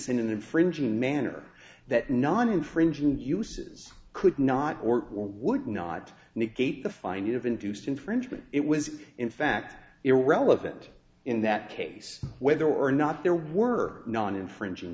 an infringing manner that non infringing uses could not work or would not negate the finding of induced infringement it was in fact irrelevant in that case whether or not there were non infringing